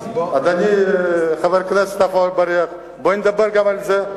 אדוני חבר הכנסת עפו אגבאריה, בוא נדבר גם על זה.